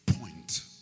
point